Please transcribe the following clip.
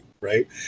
right